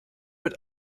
mit